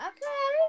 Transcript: Okay